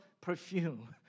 perfume